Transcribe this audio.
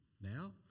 now